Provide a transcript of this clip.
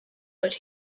but